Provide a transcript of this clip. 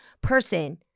person